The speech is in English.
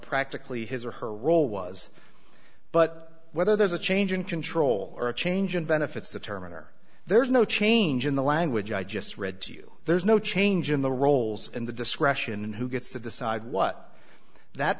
practically his or her role was but whether there's a change in control or a change in benefits determiner there's no change in the language i just read to you there's no change in the roles in the discretion in who gets to decide what